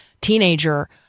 teenager